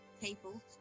people